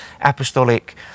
apostolic